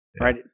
Right